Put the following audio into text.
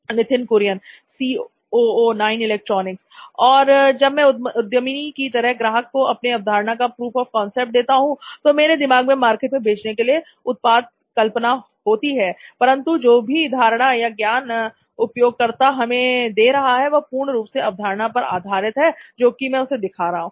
नित्थिन Kurian C O O नॉइन electronics और जब मैं उद्यमी की तरह ग्राहक को अपनी अवधारणा का प्रूफ आफ कॉन्सेप्ट देता हूं तो मेरे दिमाग में मार्केट में भेजने के लिए उत्पाद कल्पना होती है परंतु जो भी धारणा या ज्ञान उपयोगकर्ता हमें दे रहा है वह पूर्ण रूप से उस अवधारणा पर आधारित है जो मैं उसे दिखा रहा हूं